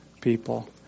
people